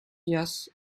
yes